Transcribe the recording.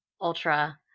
ultra